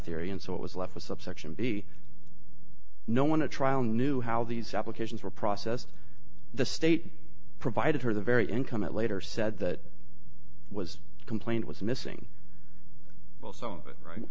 theory and so it was left with subsection b no one a trial knew how these applications were processed the state provided her the very income it later said that was complained was missing well some of it right